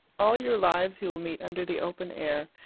all your lives you will meet under the open air,